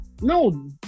No